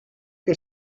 que